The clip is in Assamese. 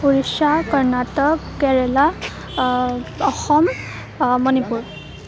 ঊৰিষ্য়া কৰ্ণাটক কেৰেলা অসম আ মণিপুৰ